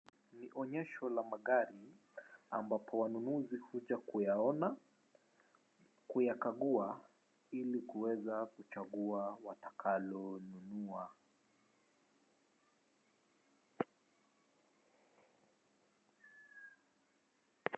Ni onyesho la magari ambapo wanaunuzi huja kuyaona kuyakagua ili kuweza kuchagua watakalo nunua.